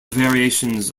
variations